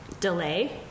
Delay